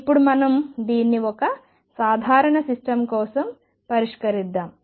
ఇప్పుడు మనం దీన్ని ఒక సాధారణ సిస్టమ్ కోసం పరిష్కరిద్దాం